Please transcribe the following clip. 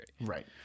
Right